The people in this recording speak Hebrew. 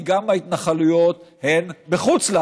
כי גם ההתנחלויות הן בחוץ-לארץ,